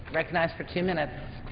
recognized for two minutes.